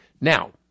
Now